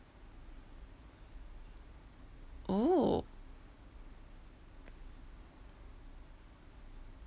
oh